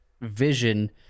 vision